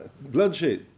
bloodshed